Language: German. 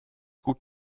gut